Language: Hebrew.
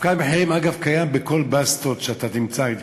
הפקעת מחירים, אגב, קיימת בכל הבסטות שאתה תמצא.